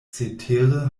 cetere